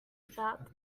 about